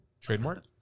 Trademark